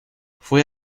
fue